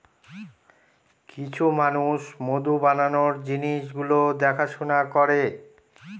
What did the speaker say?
কিছু মানুষ মধু বানানোর জিনিস গুলো দেখাশোনা করে